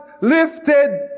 lifted